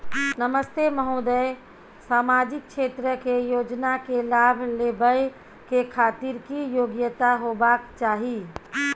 नमस्ते महोदय, सामाजिक क्षेत्र के योजना के लाभ लेबै के खातिर की योग्यता होबाक चाही?